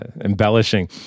embellishing